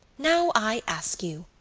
now, i ask you,